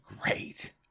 great